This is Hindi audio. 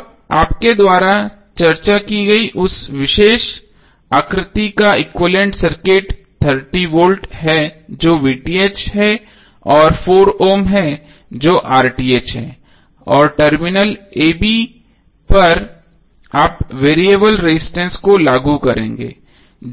अब आपके द्वारा चर्चा की गई उस विशेष आकृति का एक्विवैलेन्ट सर्किट 30V है जो VTh और 4 ओम है जो है और टर्मिनल ab पर आप वेरिएबल रजिस्टेंस को लागू करेंगे